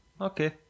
Okay